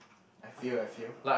I feel I feel